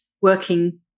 working